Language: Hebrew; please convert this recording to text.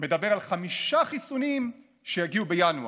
מדבר על חמישה חיסונים שיגיעו בינואר,